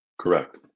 Correct